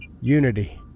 Unity